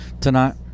tonight